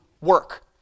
work